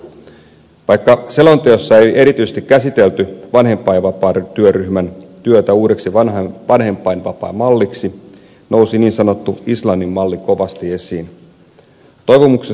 vaikka selonteossa ei erityisesti käsitelty vanhempainvapaiden työryhmän työtä uudeksi vanhempainvapaamalliksi nousi niin sanottu islannin malli kovasti esiin